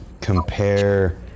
compare